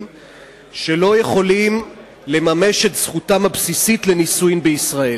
שלא יכולים לממש את זכותם הבסיסית לנישואין בישראל.